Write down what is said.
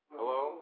Hello